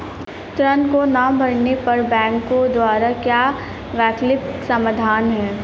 ऋण को ना भरने पर बैंकों द्वारा क्या वैकल्पिक समाधान हैं?